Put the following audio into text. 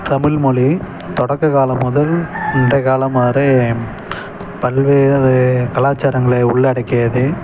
தமிழ் மொழி தொடக்க காலம் முதல் இந்த காலம் வரை பல்வேறு கலாச்சாரங்களை உள்ளடக்கியது